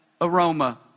aroma